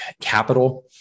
capital